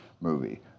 movie